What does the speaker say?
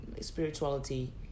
spirituality